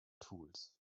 tools